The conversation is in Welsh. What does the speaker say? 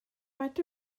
faint